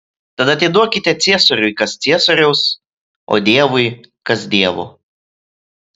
tad atiduokite ciesoriui kas ciesoriaus o dievui kas dievo